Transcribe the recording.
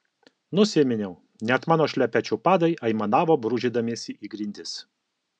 nusiminiau net mano šlepečių padai aimanavo brūžindamiesi į grindis